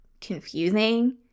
confusing